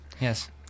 Yes